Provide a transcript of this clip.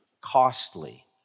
costly